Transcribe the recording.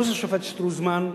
פלוס השופט שטרוזמן,